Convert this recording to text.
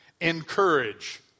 Encourage